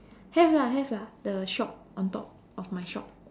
have lah have lah the shop on top of my shop